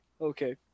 okay